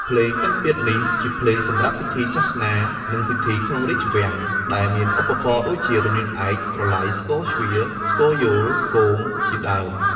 ភ្លេងពិណពាទ្យនេះជាភ្លេងសម្រាប់ពិធីសាសនា និងពិធីក្នុងរាជវាំង ដែលមានឧបករណ៍ដូចជា រនាតឯក ស្រឡៃ ស្គរជ្វា ស្គរយោល គង ជាដើម។